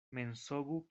mensogu